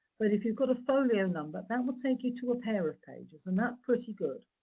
but, if you've got a folio number, that will take you to a pair of pages. and that's pretty good.